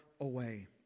away